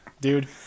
dude